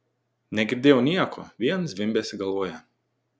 negirdėjau nieko vien zvimbesį galvoje